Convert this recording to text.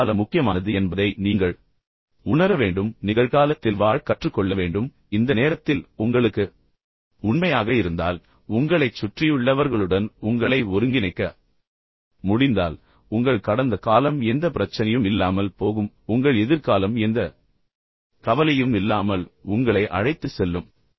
நிகழ்காலம் முக்கியமானது என்பதை நீங்கள் உணர வேண்டும் நீங்கள் நிகழ்காலத்தில் வாழ கற்றுக்கொள்ள வேண்டும் இந்த நேரத்தில் நீங்கள் உங்களுக்கு உண்மையாக இருந்தால் உங்களைச் சுற்றியுள்ளவர்களுடன் உங்களை ஒருங்கிணைக்க முடிந்தால் உங்கள் கடந்த காலம் எந்த பிரச்சனையும் இல்லாமல் போகும் அது உங்களைத் துரத்தாது உங்கள் எதிர்காலம் எந்த கவலையும் இல்லாமல் உங்களை அழைத்துச் செல்லும்